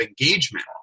engagement